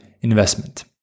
investment